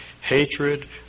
hatred